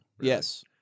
yes